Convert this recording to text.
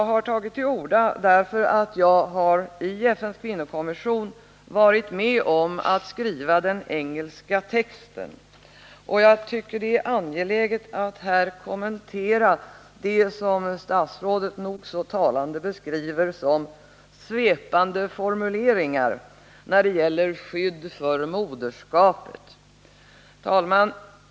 Jag har tagit till orda därför att jag i FN:s kvinnokommission varit med om att skriva den engelska texten. Jag tycker att det är angeläget att här kommentera vad statsrådet nog så talande beskriver som ” formuleringar” när det gäller skydd för moderskap. Herr talman!